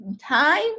time